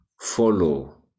follow